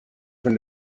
from